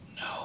No